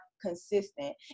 consistent